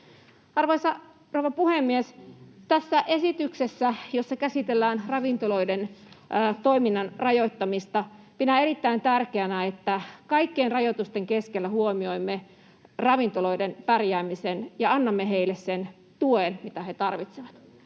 Arvoisa rouva puhemies! Tässä esityksessä, jossa käsitellään ravintoloiden toiminnan rajoittamista, pidän erittäin tärkeänä, että kaikkien rajoitusten keskellä huomioimme ravintoloiden pärjäämisen ja annamme niille sen tuen, mitä ne tarvitsevat.